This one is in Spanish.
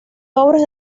obras